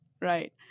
right